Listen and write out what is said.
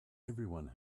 everyone